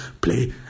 play